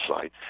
site